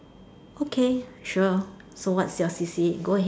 okay sure so what's your C_C_A go ahead